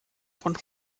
von